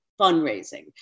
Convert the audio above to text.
fundraising